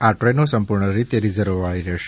આ ટ્રેનો સંપૂર્ણ રીતે રીઝર્વ ટિકિટવાળી રહેશે